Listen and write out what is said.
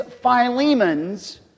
Philemon's